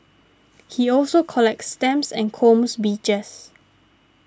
he also collects stamps and combs beaches